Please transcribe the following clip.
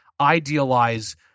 idealize